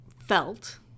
felt